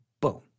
Boom